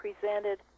presented